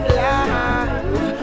life